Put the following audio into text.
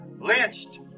Lynched